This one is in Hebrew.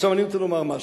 עכשיו אני רוצה לומר משהו: